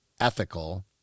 ethical